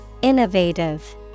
Innovative